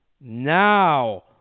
now